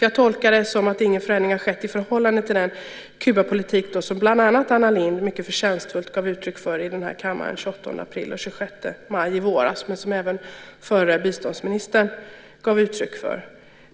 Jag tolkar det som att ingen förändring har skett i förhållande till den Kubapolitik som bland annat Anna Lindh mycket förtjänstfullt gav uttryck för i den här kammaren den 28 april och den 26 maj, i våras, och som även förre biståndsministern gav uttryck för.